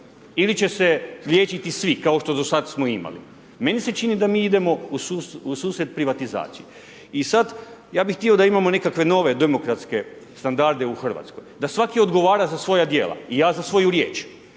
ili će se liječiti svi, kao što do sad smo imali? Meni se čini da mi idemo ususret privatizaciji. I sad ja bih htio da imamo nekakve nove demokratske standarde u Hrvatskoj, da svaki odgovara za svoja djela i ja za svoju riječ.